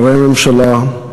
שרי הממשלה,